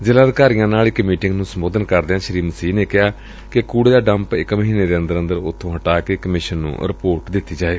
ਜ਼ਿਲਾ ਅਧਿਕਾਰੀਆਂ ਨਾਲ ਇਕ ਮੀਟਿੰਗ ਨੂੰ ਸੰਬੋਧਨ ਕਰਦਿਆਂ ਸ੍ਰੀ ਮਸੀਹ ਨੇ ਕਿਹਾ ਕਿ ਕੁੜੇ ਦਾ ਡੰਪ ਇਕ ਮਹੀਨੈ ਦੇ ਅੰਦਰ ਅੰਦਰ ਊਬੋ ਹਟਾ ਕੇ ਕਮਿਸ਼ਨ ਨੂੰ ਰਿਪੋਰਟ ਦਿੱਡੀ ਜਾਏ